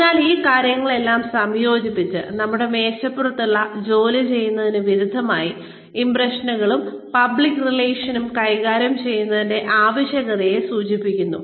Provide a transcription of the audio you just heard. അതിനാൽ ഈ കാര്യങ്ങളെല്ലാം സംയോജിപ്പിച്ച് നമ്മുടെ മേശപ്പുറത്തുള്ള ജോലി ചെയ്യുന്നതിനു വിരുദ്ധമായി ഇംപ്രഷനുകളും പബ്ലിക് റിലേഷൻസും കൈകാര്യം ചെയ്യേണ്ടതിന്റെ ആവശ്യകതയെ സൂചിപ്പിക്കുന്നു